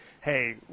hey